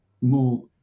more